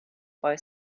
boy